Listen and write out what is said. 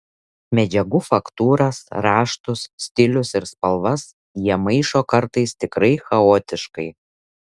medžiagų faktūras raštus stilius ir spalvas jie maišo kartais tikrai chaotiškai